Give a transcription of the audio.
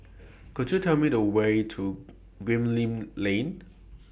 Could YOU Tell Me The Way to Gemmill Lane